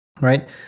right